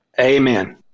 Amen